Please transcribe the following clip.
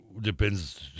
Depends